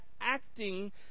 acting